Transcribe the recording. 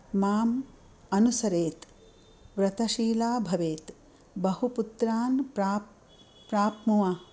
माम् अनुसरेत् व्रतशीला भवेत् बहुपुत्रान् प्राप् प्राप्नुवः